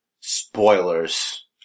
Spoilers